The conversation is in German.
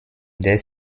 der